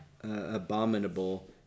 abominable